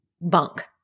bunk